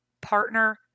partner